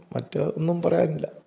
മറ്റ് ഒന്നും പറയാനില്ല